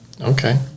Okay